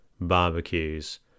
barbecues